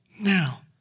now